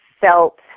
felt